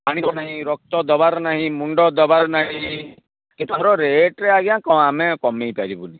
ପାଣି ତ ନାହିଁ ରକ୍ତ ଦେବାର ନାହିଁ ମୁଣ୍ଡ ଦେବାର ନାହିଁ କିନ୍ତୁ ଆମର ରେଟ୍ରେ ଆଜ୍ଞା ଆମେ କମାଇପାରିବୁନି